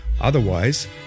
Otherwise